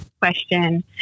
question